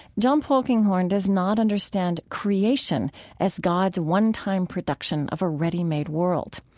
john polkinghorne does not understand creation as god's one-time production of a ready-made world.